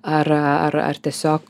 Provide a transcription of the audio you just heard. ar ar ar tiesiog